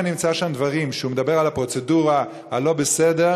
אם אני אמצא שם דברים שהוא אומר על הפרוצדורה שהיא לא בסדר,